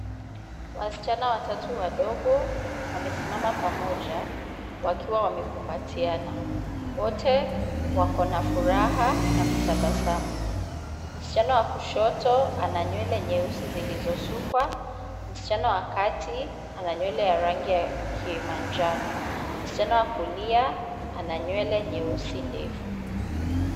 Wasichana watatu wadogo wamesimama pamoja wakiwa wamekumbatiana. Wote wakona furaha na kutabasamu. Msichana wa kushoto ana nywele nyeusi zilizosukwa. Msichana wa kati ana nywele ya rangi ya kimanjano. Msichana wa kulia ana nywele nyeusi ndefu.